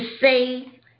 say